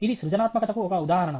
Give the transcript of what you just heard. ఇది సృజనాత్మకతకు ఒక ఉదాహరణ